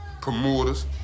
promoters